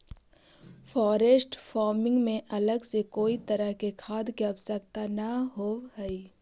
forest farming में अलग से कोई तरह के खाद के आवश्यकता न होवऽ हइ